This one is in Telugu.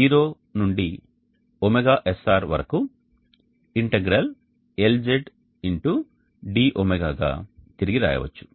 0 నుండి ωSR వరకు ഽ LZ x dω గా తిరిగి రాయవచ్చు